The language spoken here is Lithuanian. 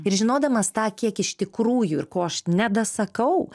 ir žinodamas tą kiek iš tikrųjų ir ko aš nedasakau